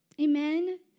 Amen